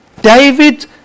David